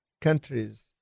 countries